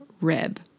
rib